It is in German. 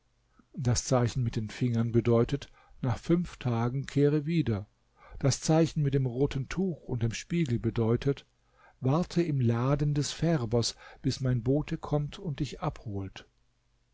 das zeichen mit den fingern bedeutet nach fünf tagen kehre wieder das zeichen mit dem roten tuch und dem spiegel bedeutet warte im laden des färbers bis mein bote kommt und dich abholt